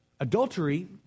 Adultery